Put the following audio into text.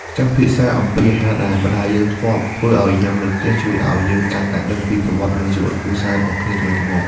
ការពិភាក្សាអំពីអាហារដែលម្ដាយយើងធ្លាប់ធ្វើឱ្យញ៉ាំនៅផ្ទះ ជួយឱ្យយើងកាន់តែដឹងពីប្រវត្តិ និងជីវិតគ្រួសាររបស់គ្នាទៅវិញទៅមក។